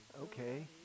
okay